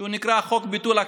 שנקרא חוק ביטול הכנסת,